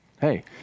hey